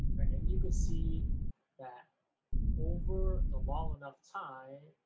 and you can see that over the long enough time,